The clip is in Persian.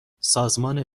سازمان